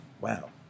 Wow